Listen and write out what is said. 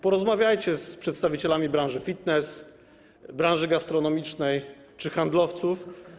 Porozmawiajcie z przedstawicielami branży fitness, branży gastronomicznej czy handlowców.